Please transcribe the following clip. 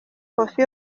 koffi